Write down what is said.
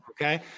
okay